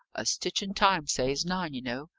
a stitch in time saves nine, you know,